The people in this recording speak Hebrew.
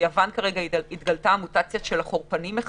ביוון התגלתה מחדש המוטציה של החורפנים,